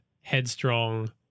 headstrong